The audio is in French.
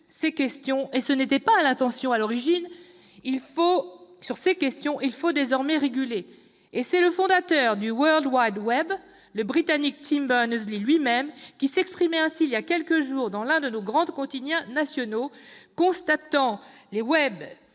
ces questions, et ce n'était pas l'intention à l'origine, il faut désormais réguler ! C'est le fondateur du, le Britannique Tim Berners-Lee lui-même, qui s'exprimait ainsi il y a quelques jours dans l'un de nos grands quotidiens nationaux, constatant que le